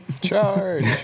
Charge